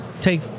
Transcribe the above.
take